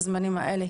בזמנים האלה,